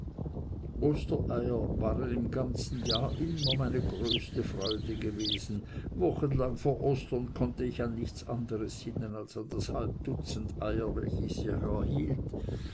ostereier waren im ganzen jahr immer meine größte freude gewesen wochenlang vor ostern konnte ich an nichts anderes sinnen als an das halb dutzend eier welche ich